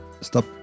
stop